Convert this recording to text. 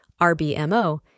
RBMO